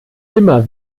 immer